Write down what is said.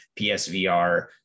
PSVR